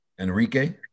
Enrique